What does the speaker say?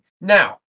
Now